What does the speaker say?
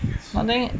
I think